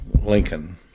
Lincoln